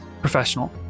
professional